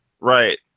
Right